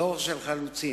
דור של חלוצים.